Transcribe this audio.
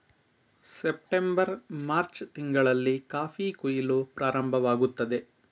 September March ತಿಂಗಳಲ್ಲಿ coffee ಕುಯಿಲು ಪ್ರಾರಂಭವಾಗುತ್ತದೆ